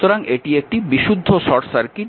সুতরাং এটি একটি বিশুদ্ধ শর্ট সার্কিট